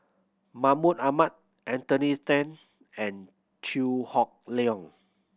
Mahmud Ahmad Anthony Then and Chew Hock Leong